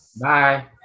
bye